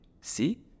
See